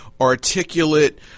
articulate